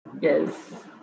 Yes